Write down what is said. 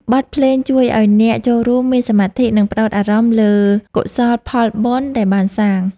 បទភ្លេងជួយឱ្យអ្នកចូលរួមមានសមាធិ និងផ្ដោតអារម្មណ៍លើកុសលផលបុណ្យដែលបានសាង។